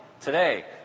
today